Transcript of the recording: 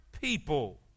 people